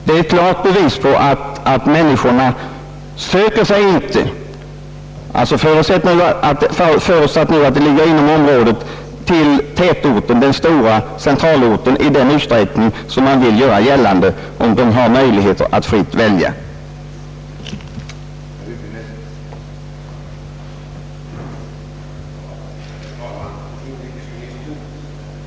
Detta är klart bevis på att människorna inte söker sig till den stora centralorten i den utsträckning som man vill göra gällande, om de har möjligheter att välja fritt.